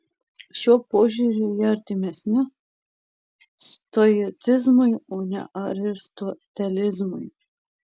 šiuo požiūriu jie artimesni stoicizmui o ne aristotelizmui